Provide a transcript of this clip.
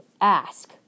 ask